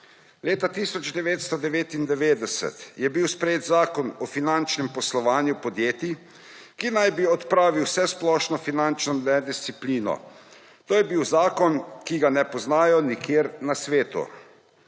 Leta 1999 je bil sprejet Zakon o finančnem poslovanju podjetij, ki naj bi odpravil vsesplošno finančno nedisciplino. To je bil zakon, ki ga ne poznajo nikjer na svetu.